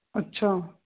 ਅੱਛਾ